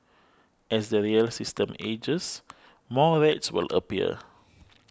as the rail system ages more rats will appear